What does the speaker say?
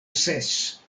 ses